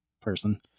person